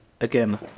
Again